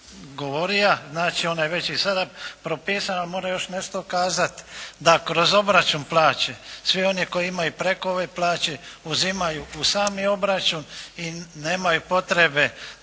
govorio, znači ona je već i sada propisana, a moram još nešto kazati, da kroz obračun plaće, svi oni koji imaju preko ove plaće, uzimaju u sami obračun i nemaju potrebe